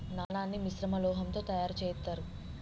నాణాన్ని మిశ్రమ లోహంతో తయారు చేత్తారు